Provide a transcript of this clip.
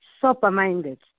super-minded